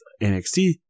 NXT